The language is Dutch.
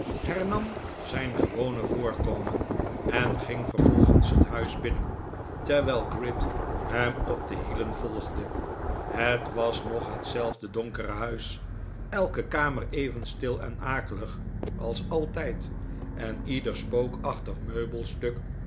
hernam zijn gewone voorkomen en ging vervolgens het huis binnen terwijl gride hem op de hielen volgde het was nog hetzelfde donkere huis elke kamer even stil en akelig als altijd en ieder spookachtig meubelstuk